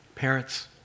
Parents